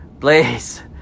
Please